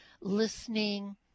listening